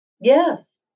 Yes